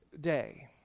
day